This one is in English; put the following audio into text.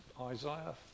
Isaiah